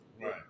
right